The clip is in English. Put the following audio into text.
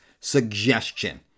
Suggestion